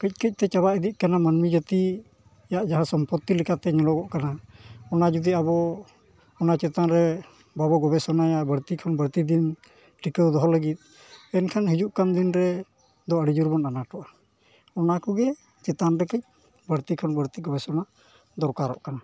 ᱠᱟᱹᱡ ᱠᱟᱹᱡ ᱛᱮ ᱪᱟᱵᱟ ᱤᱫᱤᱜ ᱠᱟᱱᱟ ᱢᱟᱹᱱᱢᱤ ᱡᱟᱹᱛᱤᱭᱟᱜ ᱡᱟᱦᱟᱸ ᱥᱚᱢᱯᱚᱛᱤ ᱞᱮᱠᱟᱛᱮ ᱧᱮᱞᱚᱜᱚ ᱠᱟᱱᱟ ᱚᱱᱟ ᱡᱩᱫᱤ ᱟᱵᱚ ᱚᱱᱟ ᱪᱮᱛᱟᱱ ᱨᱮ ᱵᱟᱵᱟᱚ ᱜᱚᱵᱮᱥᱚᱱᱟᱭᱟ ᱵᱟᱹᱲᱛᱤ ᱠᱷᱚᱱ ᱵᱟᱹᱲᱛᱤ ᱫᱤᱱ ᱴᱤᱠᱟᱹᱣ ᱫᱚᱦᱚ ᱞᱟᱹᱜᱤᱫ ᱮᱱᱠᱷᱟᱱ ᱦᱤᱡᱩᱜ ᱠᱟᱱ ᱫᱤᱱ ᱨᱮ ᱫᱚ ᱟᱹᱰᱤ ᱡᱳᱨ ᱵᱚᱱ ᱟᱱᱟᱴᱚᱜᱼᱟ ᱚᱱᱟ ᱠᱚᱜᱮ ᱪᱮᱛᱟᱱ ᱨᱮ ᱠᱟᱹᱡ ᱵᱟᱹᱲᱛᱤ ᱠᱷᱚᱱ ᱵᱟᱹᱲᱛᱤ ᱜᱚᱵᱮᱥᱚᱱᱟ ᱫᱚᱨᱠᱟᱨᱚᱜ ᱠᱟᱱᱟ